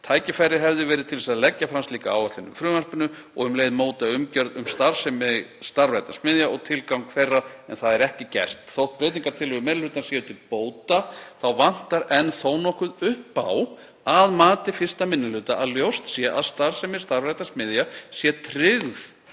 Tækifæri hefði verið til þess að leggja fram slíka áætlun í frumvarpinu og um leið móta umgjörð um starfsemi stafrænna smiðja og tilgang þeirra en það er ekki gert. Þótt breytingartillögur meiri hlutans séu til bóta þá vantar enn þó nokkuð upp á að mati 1. minni hluta til að ljóst sé að starfsemi stafrænna smiðja sé tryggð